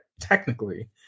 technically